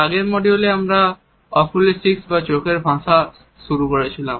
আগের মডিউলে আমরা অকুলেসিক্স বা চোখের ভাষা শুরু করেছিলাম